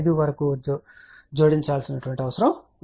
5 వరకు జోడించాల్సిన అవసరం ఉంది